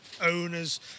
owners